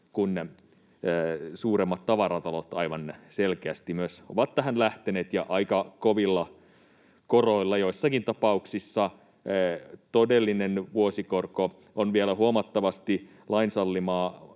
kun suuremmat tavaratalot aivan selkeästi myös ovat tähän lähteneet, ja aika kovilla koroilla. Joissakin tapauksissa todellinen vuosikorko on vielä huomattavasti lain sallimaa